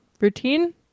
routine